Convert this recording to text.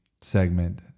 segment